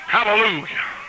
Hallelujah